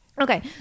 Okay